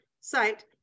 site